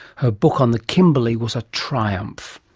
her book on the kimberley was a triumph.